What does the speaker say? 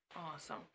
Awesome